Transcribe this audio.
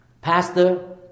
pastor